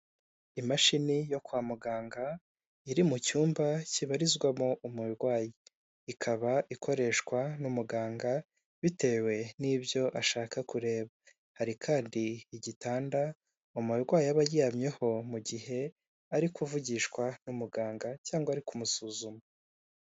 Imashini yo kwa muganga iri mu cyumba kibarizwamo umurwayi, ikaba ikoreshwa n'umuganga bitewe n'ibyo ashaka kureba, hari kandi igitanda umurwayi aba aryamyeho mu gihe ari kuvugishwa n'umuganga cyangwa ari kumusuzuma.